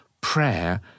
Prayer